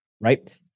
right